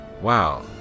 wow